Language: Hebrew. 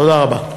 תודה רבה.